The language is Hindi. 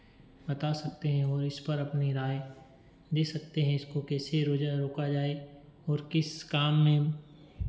बता सकते हैं और इसपर अपनी राय दे सकते हैं इसको कैसे रोजा रोका जाए और किस काम में